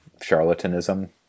charlatanism